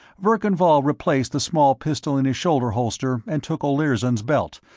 verkan vall replaced the small pistol in his shoulder holster and took olirzon's belt,